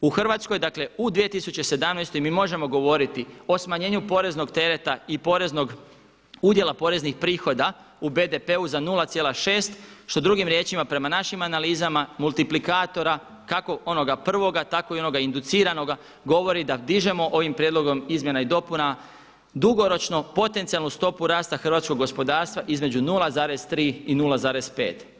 U Hrvatskoj, dakle u 2017. mi možemo govoriti o smanjenju poreznog tereta i poreznog, udjela poreznih prihoda u BDP-u za 0,6 što drugim riječima prema našim analizama multiplikatora, kako onoga prvoga, tako i onoga induciranoga govori da dižemo ovim prijedlogom izmjena i dopuna dugoročno potencijalnu stopu rasta hrvatskog gospodarstva između 0,3, i 0,5.